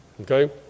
Okay